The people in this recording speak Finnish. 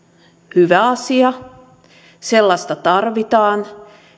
hyvä asia sellaista tarvitaan